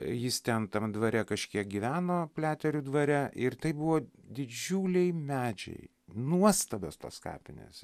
jis ten tame dvare kažkiek gyveno pliaterių dvare ir tai buvo didžiuliai medžiai nuostabios tos kapinės